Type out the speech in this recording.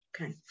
Okay